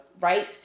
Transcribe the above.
right